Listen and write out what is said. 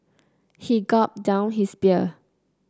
he gulped down his beer